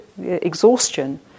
exhaustion